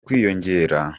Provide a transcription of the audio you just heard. kwiyongera